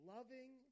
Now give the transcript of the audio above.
Loving